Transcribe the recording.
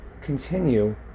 continue